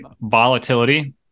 volatility